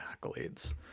accolades